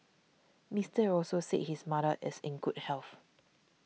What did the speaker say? Mister Also said his mother is in good health